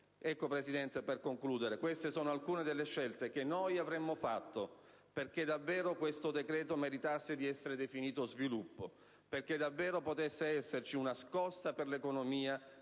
del mercato assicurativo. Queste sono alcune delle scelte che noi avremmo fatto perché davvero questo decreto meritasse di essere definito sviluppo, perché davvero potesse esserci una "scossa" per l'economia,